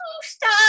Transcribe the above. stop